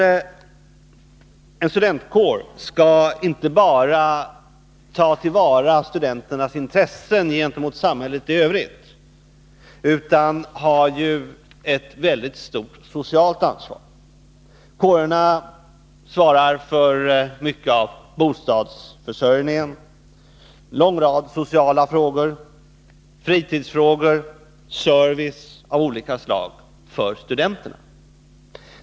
En studentkår skall inte bara ta till vara studenternas intressen gentemot samhället i övrigt utan har också ett väldigt stort socialt ansvar. Kårerna svarar för mycket av bostadsförsörjningen, en lång rad sociala frågor, fritidsfrågor och service av olika slag för studenterna.